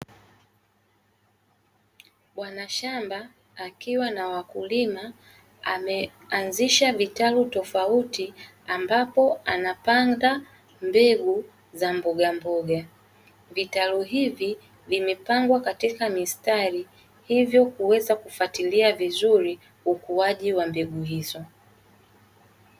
Bwanashamba akiwa na wakulima, ameanzisha vitalu tofauti; ambapo anapanda mbegu za mbogamboga. Vitalu hivi vimepangwa katika mistari, hivyo kuweza kufuatilia vizuri ukuaji wa mbegu hizo.